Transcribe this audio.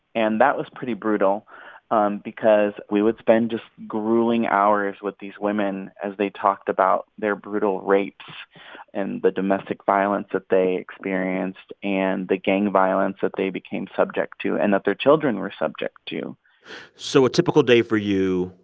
and that was pretty brutal um because we would spend just grueling hours with these women as they talked about their brutal rapes and the domestic violence that they experienced and the gang violence that they became subject to and that their children were subject to so a typical day for you,